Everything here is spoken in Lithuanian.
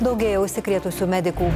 daugėja užsikrėtusių medikų